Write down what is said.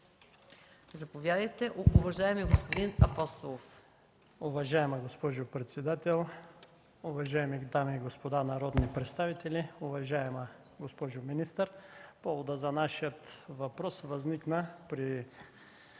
Заповядайте, уважаеми господин Апостолов. НИКОЛАЙ АПОСТОЛОВ (ГЕРБ): Уважаема госпожо председател, уважаеми дами и господа народни представители! Уважаема госпожо министър, поводът за нашия въпрос възникна при